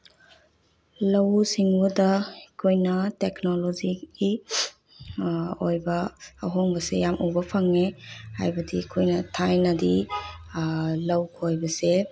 ꯂꯧꯎ ꯁꯤꯡꯎꯗ ꯑꯩꯈꯣꯏꯅ ꯇꯦꯛꯅꯣꯂꯣꯖꯤꯒꯤ ꯑꯣꯏꯕ ꯑꯍꯣꯡꯕꯁꯦ ꯌꯥꯝꯅ ꯎꯕ ꯐꯪꯂꯦ ꯍꯥꯏꯕꯗꯤ ꯑꯩꯈꯣꯏꯅ ꯊꯥꯏꯅꯗꯤ ꯂꯧ ꯈꯣꯏꯕꯁꯦ